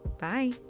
Bye